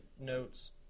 notes